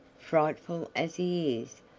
frightful as he is,